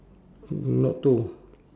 not tow